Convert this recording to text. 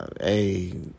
hey